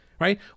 right